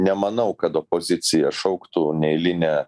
nemanau kad opozicija šauktų neeilinę